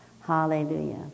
hallelujah